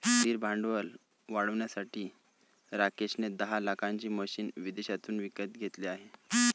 स्थिर भांडवल वाढवण्यासाठी राकेश ने दहा लाखाची मशीने विदेशातून विकत घेतले आहे